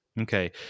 Okay